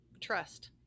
trust